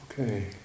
okay